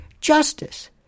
justice